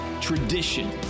Tradition